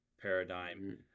paradigm